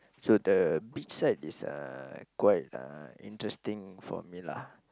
so the beach side is uh quite uh interesting for me lah